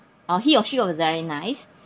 or he or she was very nice